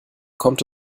kommt